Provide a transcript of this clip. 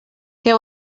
que